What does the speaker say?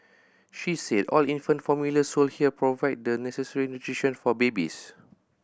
she said all infant formula sold here provide the necessary nutrition for babies